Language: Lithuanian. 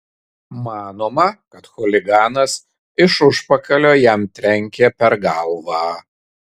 manoma kad chuliganas iš užpakalio jam trenkė per galvą